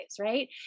right